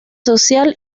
social